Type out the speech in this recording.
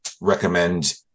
recommend